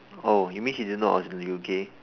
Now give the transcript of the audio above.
oh you mean she didn't know I was in the U_K